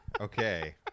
Okay